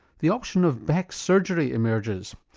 the option of back surgery emerges.